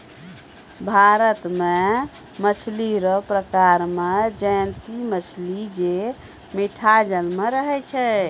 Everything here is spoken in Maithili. भारत मे मछली रो प्रकार मे जयंती मछली जे मीठा जल मे रहै छै